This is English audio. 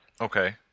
Okay